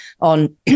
on